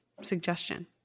suggestion